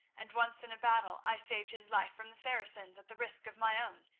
and once in a battle i saved his life from the saracens at the risk of my own,